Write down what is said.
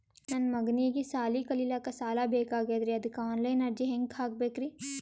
ನನ್ನ ಮಗನಿಗಿ ಸಾಲಿ ಕಲಿಲಕ್ಕ ಸಾಲ ಬೇಕಾಗ್ಯದ್ರಿ ಅದಕ್ಕ ಆನ್ ಲೈನ್ ಅರ್ಜಿ ಹೆಂಗ ಹಾಕಬೇಕ್ರಿ?